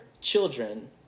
children